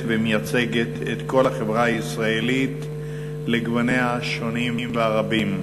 ומייצגת את כל החברה הישראלית לגווניה השונים והרבים.